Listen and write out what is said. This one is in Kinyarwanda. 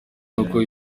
nuko